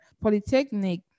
Polytechnic